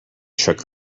shook